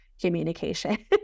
communication